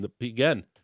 Again